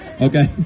Okay